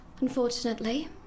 Unfortunately